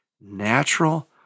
natural